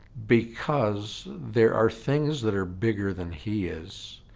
because there are things that are bigger than he is